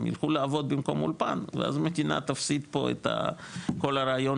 הם ילכו לעבוד במקום אולפן ואז המדינה תפסיד פה את כל הרעיון